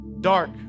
dark